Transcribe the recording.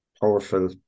Powerful